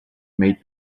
meet